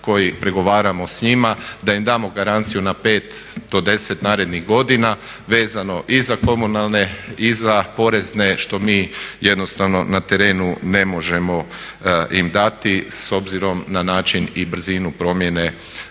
koji pregovaramo s njima da im damo garanciju na 5 do 10 narednih godina vezano i za komunalne i za porezne, što mi jednostavno na terenu ne možemo im dati s obzirom na način i brzinu promjene